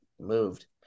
moved